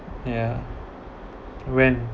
yeah when